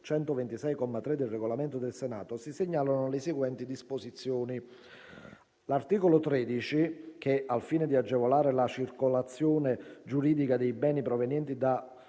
3, del Regolamento del Senato, si segnalano le seguenti disposizioni: - l’articolo 13, che al fine di agevolare la circolazione giuridica dei beni provenienti da